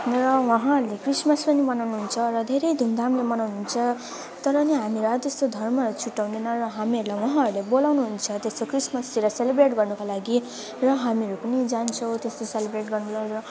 र वहाँहरूले क्रिस्मस पनि मनाउनुहुन्छ र धेरै धुमधामले मनाउनुहुन्छ तर नि हामीलाई त्यस्तो धर्महरू छुट्टाउन्नौँ र हामीहरूलाई उहाँहरूले बोलाउनुहुन्छ त्यस्तो क्रिस्मसतिर सेलिब्रेट गर्नको लागि र हामीहरू पनि जान्छौँ त्यस्तो सेलिब्रेट गर्नुलाई अब